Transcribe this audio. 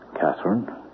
Catherine